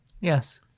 Yes